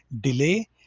delay